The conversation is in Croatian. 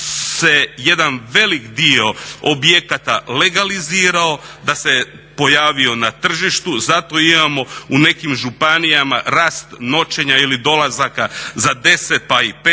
da se jedan velik dio objekata legalizirao, da se pojavio na tržištu. Zato imamo u nekim županijama rast noćenja ili dolazaka za 10 pa i 15,